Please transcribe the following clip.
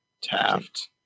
taft